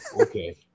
Okay